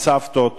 הסבתות.